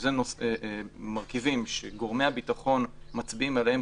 שאלה מרכיבים שגורמי הביטחון מצביעים עליהם